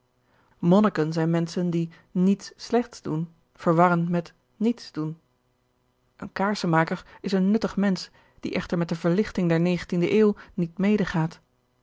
monniken zijn menschen die niets slechts doen verwarren met niets doen een kaarsenmaker is een nuttig mensch die echter met de verlichting der negentiende eeuw niet